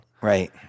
Right